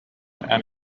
and